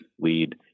lead